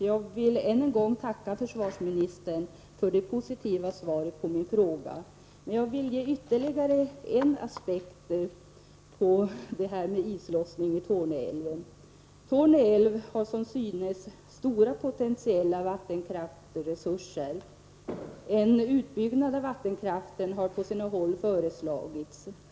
Herr talman! Än en gång vill jag tacka försvarsministern för det positiva svaret på min fråga. Jag vill ge ytterligare en aspekt på islossningen i Torneälven. Torne älv har som framgått stora potentiella vattenkraftsresurser. En utbyggnad av vattenkraften har på sina håll föreslagits.